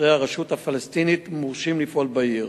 שוטרי הרשות הפלסטינית מורשים לפעול בעיר.